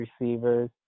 receivers